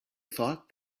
thought